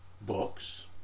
books